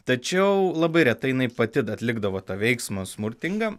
tačiau labai retai jinai pati atlikdavo tą veiksmą smurtingą